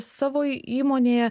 savo įmonėje